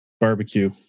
barbecue